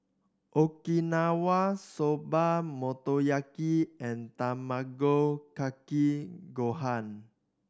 Okinawa Soba Motoyaki and Tamago Kake Gohan